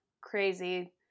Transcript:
crazy